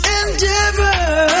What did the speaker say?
endeavor